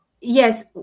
Yes